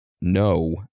no